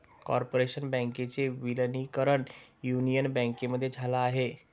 corporation बँकेचे विलीनीकरण union बँकेमध्ये झाल आहे